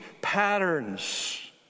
patterns